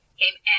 came